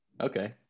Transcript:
okay